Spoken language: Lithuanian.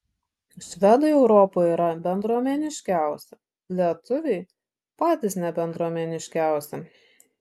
švedai europoje yra bendruomeniškiausi lietuviai patys nebendruomeniškiausi